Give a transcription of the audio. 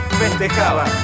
festejaba